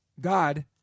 God